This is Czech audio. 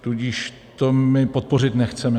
Tudíž to my podpořit nechceme.